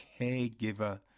caregiver